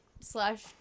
slash